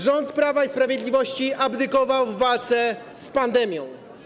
Rząd Prawa i Sprawiedliwości abdykował w walce z pandemią.